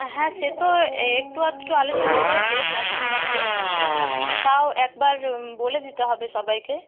হ্যাঁ সে তো একটু আধটু আলোচনা হয়েছে ক্লাসের মধ্যে কিন্তু তাও একবার বলে দিতে হবে সবাইকে